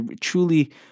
truly